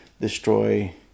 destroy